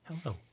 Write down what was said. hello